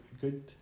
good